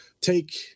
take